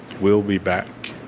we'll be back.